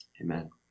amen